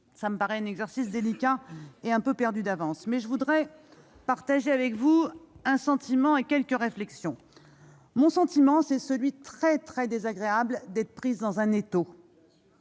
me paraît délicat et un peu perdu d'avance ! Mais je voudrais partager avec vous un sentiment et quelques réflexions. Mon sentiment, c'est celui- extrêmement désagréable -d'être prise dans un étau.